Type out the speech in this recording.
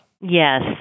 Yes